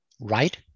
right